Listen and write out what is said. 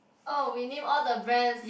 oh we name all the brands